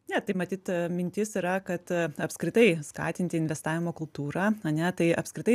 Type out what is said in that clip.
ne tai matyt mintis yra kad apskritai skatinti investavimo kultūrą ane tai apskritai